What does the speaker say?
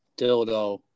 dildo